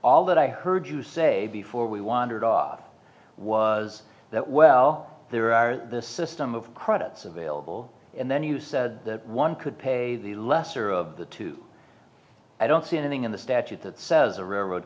all that i heard you say before we wandered off was that well there are the system of credits available and then you said that one could pay the lesser of the two i don't see anything in the statute that says a railroad